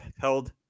held